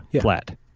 flat